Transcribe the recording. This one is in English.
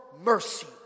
mercy